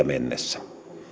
mennessä